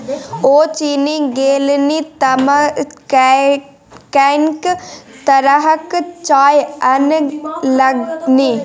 ओ चीन गेलनि तँ कैंक तरहक चाय अनलनि